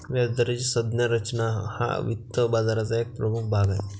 व्याजदराची संज्ञा रचना हा वित्त बाजाराचा एक प्रमुख भाग आहे